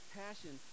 passion